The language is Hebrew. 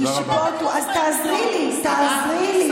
"יתום לא ישפטו" אז תעזרי לי, תעזרי לי.